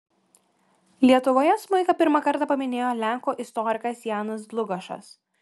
lietuvoje smuiką pirmą kartą paminėjo lenkų istorikas janas dlugošas